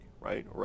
Right